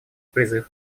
призыв